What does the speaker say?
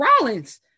Rollins